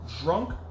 Drunk